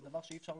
זה דבר שאי אפשר